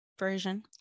version